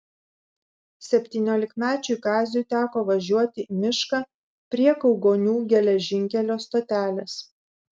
septyniolikmečiui kaziui teko važiuoti į mišką prie kaugonių geležinkelio stotelės